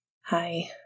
Hi